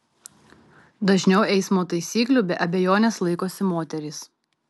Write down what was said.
dažniau eismo taisyklių be abejonės laikosi moterys